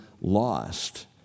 lost